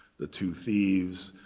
the two thieves,